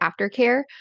aftercare